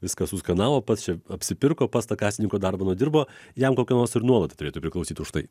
viską suskanavo pats čia apsipirko pas tą kasininko darbą nudirbo jam kokią nors ir nuolaida turėtų priklausyt už tai